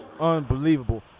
Unbelievable